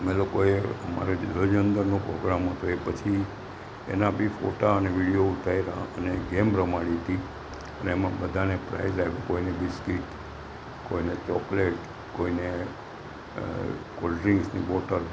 અમે લોકોએ અમારે ધ્વજવંદનનો પોગ્રામ હતો એ પછી એના બી ફોટા અને વિડીયો ઉતાર્યા અને ગેમ રમાડી હતી અને એમાં બધાને પ્રાઇઝ આપ્યું કોઈને બિસ્કિટ કોઈને ચોકલેટ કોઈને કોલ્ડ્રિંક્સની બોટલ